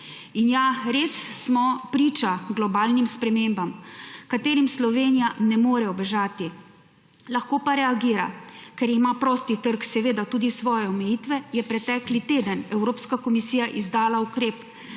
In, ja, res smo priča globalnim spremembam, katerim Slovenija ne more ubežati, lahko pa reagira. Ker ima prosti trg seveda tudi svoje omejitve, je pretekli teden Evropska komisija izdala ukrep